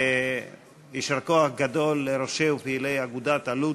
ויישר כוח גדול לראשי ופעילי אגודת אלו"ט,